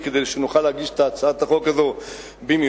כדי שנוכל להגיש את הצעת החוק הזאת במהירות.